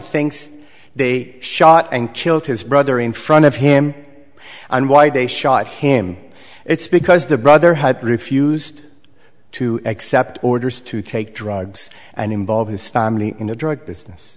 thinks they shot and killed his brother in front of him and why they shot him it's because the brother had refused to accept orders to take drugs and involve his family in the drug business